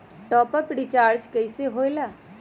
Top up recharge कइसे होएला?